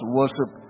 worship